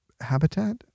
Habitat